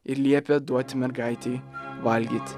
ir liepė duoti mergaitei valgyt